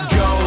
go